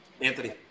Anthony